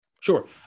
Sure